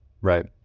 Right